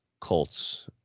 Colts